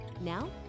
Now